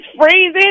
freezing